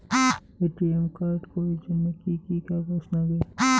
ATM card করির জন্যে কি কি কাগজ নাগে?